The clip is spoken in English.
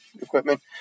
equipment